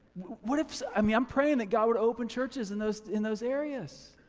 what if, i mean i'm praying that god would open churches in those in those areas.